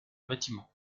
bâtiment